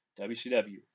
WCW